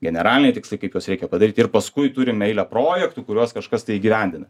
generaliniai tikslai kaip juos reikia padaryt ir paskui turim eilę projektų kuriuos kažkas tai įgyvendina